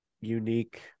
unique